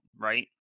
right